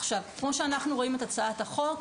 עכשיו, כמו שאנחנו רואים את הצעת החוק,